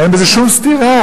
אין בזה שום סתירה.